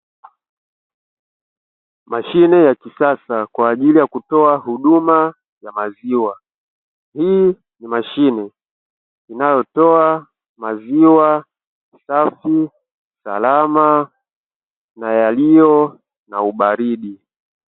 Mashine ya kisasa kwaajili ya kutoa huduma ya maziwa. Hii ni mashine inayotoa maziwa safi , salama na yaliyo na ubaridi.